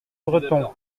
breton